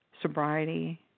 sobriety